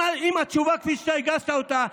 אם התשובה כפי שהגשת אותה,